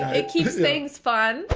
it keeps things fun.